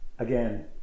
Again